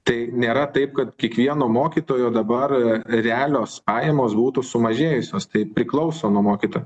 tai nėra taip kad kiekvieno mokytojo dabar realios pajamos būtų sumažėjusios tai priklauso nuo mokytojų